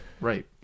right